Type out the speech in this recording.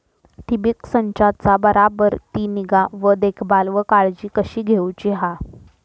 ठिबक संचाचा बराबर ती निगा व देखभाल व काळजी कशी घेऊची हा?